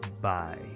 Bye